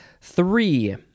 Three